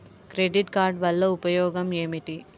Credit card వల్ల ఉపయోగం ఏమిటీ?